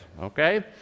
okay